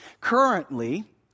Currently